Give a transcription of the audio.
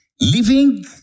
living